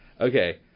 Okay